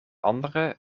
andere